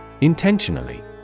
Intentionally